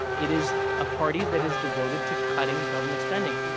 it is a party that is devoted to cutting government spending.